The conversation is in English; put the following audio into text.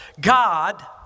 God